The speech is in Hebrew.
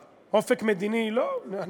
ראש הממשלה דיבר על זה, לא אנחנו.